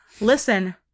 listen